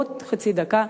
עוד חצי דקה.